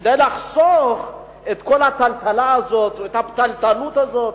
כדי לחסוך את כל הטלטלה הזאת והפתלתלות הזאת,